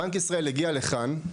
בנק ישראל הגיע לכאן,